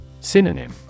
Synonym